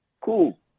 Cool